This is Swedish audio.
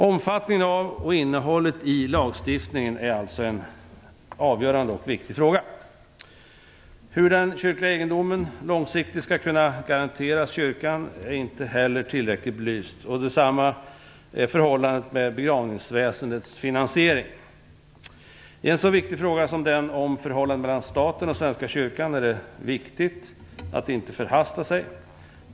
Omfattningen av och innehållet i lagstiftningen är alltså en avgörande och viktig fråga. Frågan om hur den kyrkliga egendomen långsiktigt skall kunna garanteras kyrkan är inte heller tillräckligt belyst. Likadant är det med frågan om begravningsväsendets finansiering. I en så viktig fråga som den om förhållandet mellan staten och svenska kyrkan är det viktigt att man inte förhastar sig.